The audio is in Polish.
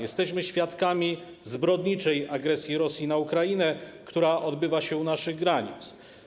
Jesteśmy świadkami zbrodniczej agresji Rosji na Ukrainę, która odbywa się u naszych granic.